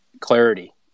clarity